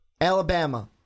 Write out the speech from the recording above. Alabama